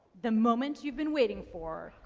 the moment you've been waiting for.